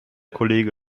kollege